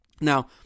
Now